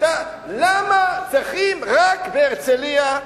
למה צריכים רק בהרצלייה,